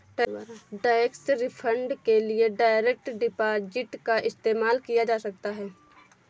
tax refund के लिए direct deposit का इस्तेमाल किया जा सकता हैं